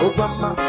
Obama